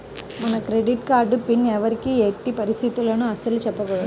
మన credit card pin ఎవ్వరికీ ఎట్టి పరిస్థితుల్లోనూ అస్సలు చెప్పకూడదు